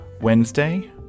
Wednesday